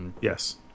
Yes